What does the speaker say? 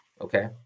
okay